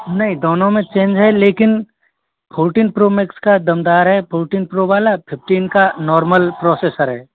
नहीं दोनों में चेंज है लेकिन फोरटीन प्रो मैक्स का दमदार है फोरटीन प्रो वाला फिफ्टीन का नार्मल प्रोसेसर है